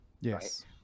yes